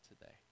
today